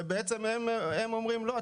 הם אומרים: לא,